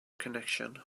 connection